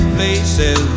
places